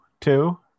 two